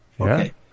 Okay